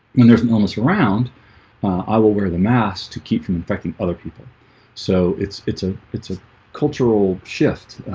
when there's an illness around i will wear the mask to keep from infecting other people so it's it's a it's a cultural shift.